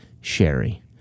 sherry